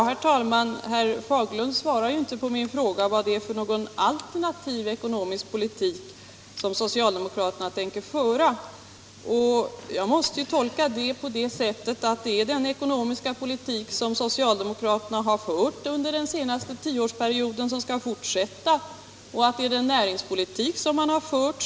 Herr talman! Herr Fagerlund svarar inte på min fråga om vilken alternativ ekonomisk politik socialdemokraterna tänker föra. Det måste jag uppfatta så, att det är den socialdemokratiska politik som har förts under den senaste tioårsperioden som skall fortsätta och att man således kommer att fortsätta med den näringspolitik som man tidigare fört.